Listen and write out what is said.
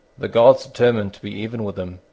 the gods determined to be even with him,